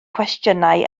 cwestiynau